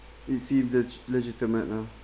it seemed legi~ legitimate lah